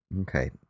Okay